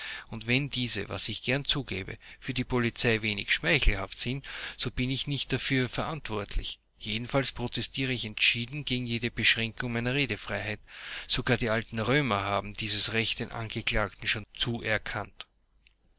und wenn diese was ich gern zugebe für die polizei wenig schmeichelhaft sind so bin ich nicht dafür verantwortlich jedenfalls protestiere ich entschieden gegen jede beschränkung meiner redefreiheit sogar die alten römer haben dieses recht den angeklagten schon zuerkannt